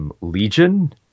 Legion